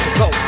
go